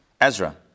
Ezra